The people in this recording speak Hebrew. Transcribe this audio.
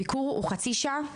ביקור הוא חצי שעה,